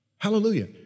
Hallelujah